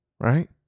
right